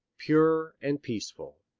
pure and peaceful.